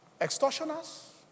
Extortioners